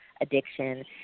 addiction